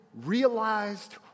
realized